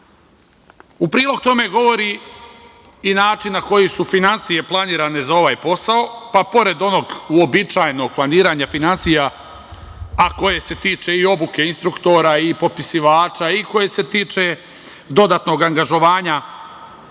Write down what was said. U prilog tome govori i način na koji su finansije planirane za ovaj posao, pa pored onog uobičajenog planiranja finansija, a koje se tiče i obuke instruktora i popisivača i koji se tiče dodatnog angažovanja